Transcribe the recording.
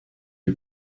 you